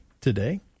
today